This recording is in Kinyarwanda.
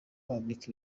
bambika